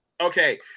Okay